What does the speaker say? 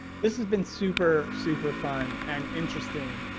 this has been super super fun and interesting.